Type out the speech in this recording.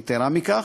יתרה מזו,